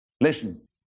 Listen